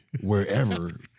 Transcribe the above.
wherever